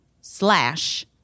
slash